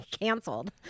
canceled